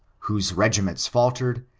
whose regiments faltered,